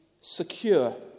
secure